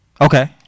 Okay